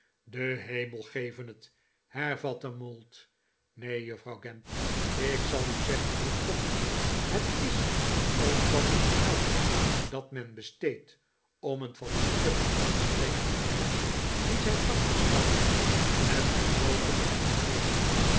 de hemel geve het hervatte mould neen juffrouw gamp ik zal u zeggen hoe het komt het is omdat het geld dat men besteedt om een fatsoenlijken aanspreker te hebben die zijn vak verstaat het gebroken hart geneest